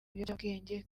ibiyobyabwenge